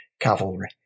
cavalry